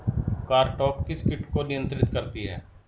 Cartap किस किट को नियंत्रित करती है?